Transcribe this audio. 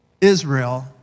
Israel